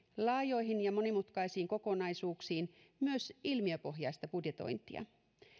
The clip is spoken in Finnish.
laajoihin ja monimutkaisiin kokonaisuuksiin myös ilmiöpohjaista budjetointia